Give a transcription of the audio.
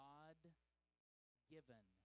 God-given